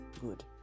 Good